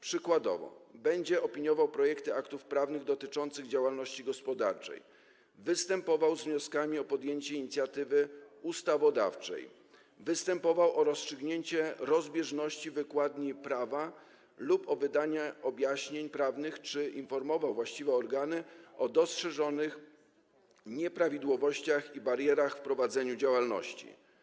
Przykładowo, będzie opiniował projekty aktów prawnych dotyczących działalności gospodarczej, występował z wnioskami o podjęcie inicjatywy ustawodawczej, występował o rozstrzygnięcie rozbieżności w wykładni prawa lub o wydanie objaśnień prawnych czy informował właściwe organy o dostrzeżonych nieprawidłowościach i barierach w prowadzeniu działalności.